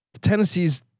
Tennessee's